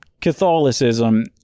Catholicism